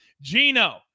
Gino